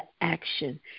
action